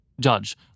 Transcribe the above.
Judge